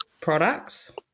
products